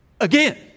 again